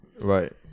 Right